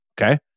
Okay